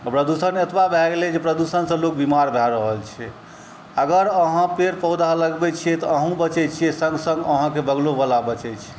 प्रदूषण एतबा भऽ गेलै जे प्रदूषणसँ लोक बिमार भऽ रहल छै अगर अहाँ पेड़ पौधा लगबै छिए तऽ अहूँ बचै छिए सङ्ग सङ्ग अहाँके बगलोवला बचै छै